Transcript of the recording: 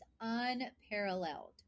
unparalleled